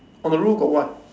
on the roof got what